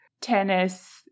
tennis